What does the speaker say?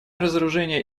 разоружение